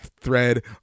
thread